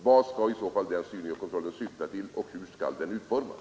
Vad skall i så fall den kontrollen syfta till och hur skall den utformas?